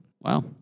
Wow